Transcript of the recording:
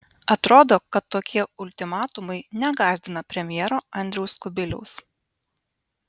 atrodo kad tokie ultimatumai negąsdina premjero andriaus kubiliaus